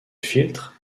filtre